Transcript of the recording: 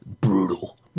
Brutal